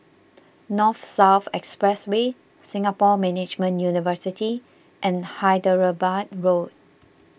North South Expressway Singapore Management University and Hyderabad Road